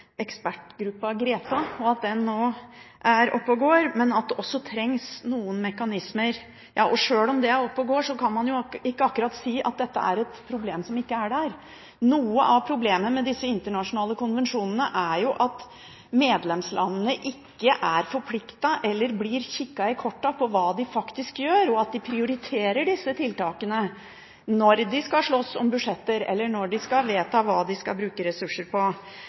ekspertgruppa GRETA, som nå er oppe og går, men at det også trengs noen mekanismer. Og sjøl om den er oppe og går, kan man ikke akkurat si at dette er et problem som ikke er der. Noe av problemet med disse internasjonale konvensjonene er jo at medlemslandene ikke er forpliktet eller blir kikket i kortene på hva de faktisk gjør, og at de prioriterer disse tiltakene når de skal slåss om budsjetter, eller når de skal vedta hva de skal bruke ressurser på.